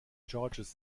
george’s